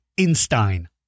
Einstein